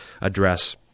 address